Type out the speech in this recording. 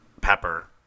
Pepper